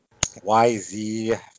YZ